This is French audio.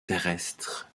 terrestre